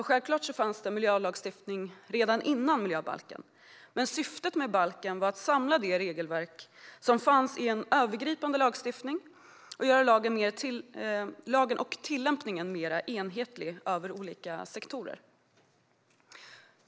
Självklart fanns lagstiftning redan innan miljöbalken kom, men syftet med miljöbalken var att samla det regelverk som fanns i en övergripande lagstiftning och att göra lagen och tillämpningen mer enhetlig över olika sektorer.